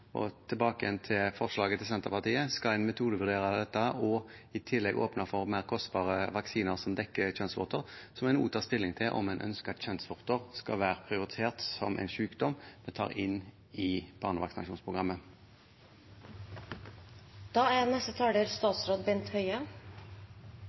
Og for å gå tilbake til forslaget fra Senterpartiet: Skal en metodevurdere dette og i tillegg åpne for mer kostbare vaksiner som dekker kjønnsvorter, må en også ta stilling til om en ønsker at kjønnsvorter skal være prioritert som en sykdom en tar inn i